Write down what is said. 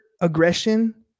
aggression